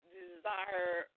desire